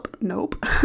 nope